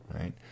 right